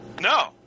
No